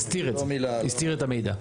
הסתיר את המידע.